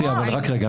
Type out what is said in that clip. גברתי, רק רגע.